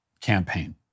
campaign